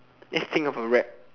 let's think of a rap